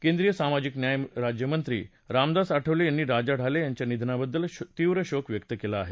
केंद्रीय सामाजिक न्याय राज्यमंत्री रामदास आठवले यांनी राजा ढाले यांच्या निधनाबद्दल तीव्र शोक व्यक्त केला आहे